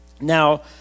Now